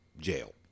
jail